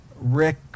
Rick